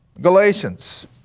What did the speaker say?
galatians